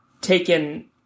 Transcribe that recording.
taken